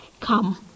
come